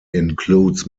includes